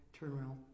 turnaround